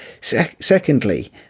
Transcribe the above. Secondly